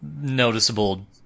noticeable